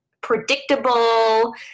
predictable